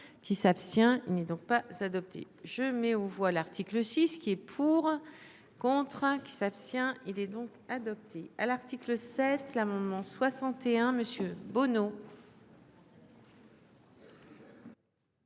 Qui s'abstient n'est donc pas adoptée, je mets aux voix l'article 6 qui est pour. Contre qui s'abstient. Il est donc adopté à l'article 7 l'amendement 61 monsieur